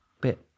bit